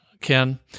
Ken